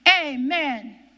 Amen